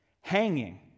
hanging